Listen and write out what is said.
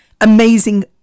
amazing